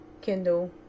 Kindle